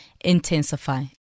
intensify